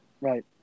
right